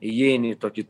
įeini į tokį